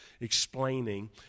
explaining